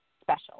special